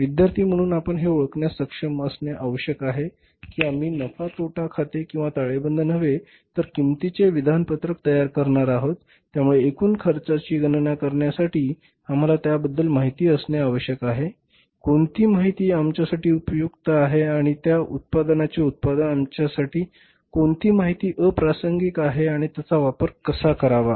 विद्यार्थी म्हणून आपण हे ओळखण्यास सक्षम असणे आवश्यक आहे की आम्ही नफा तोटा खाते किंवा ताळेबंद नव्हे तर किंमतीचे विधानपत्रक तयार करणार आहोत त्यामुळे एकूण खर्चाची गणना करण्यासाठी आम्हाला त्याबद्दल माहिती असणे आवश्यक आहे कोणती माहिती आमच्यासाठी उपयुक्त आहे या उत्पादनाचे उत्पादन आमच्यासाठी कोणती माहिती अप्रासंगिक आहे आणि त्याचा वापर कसा करावा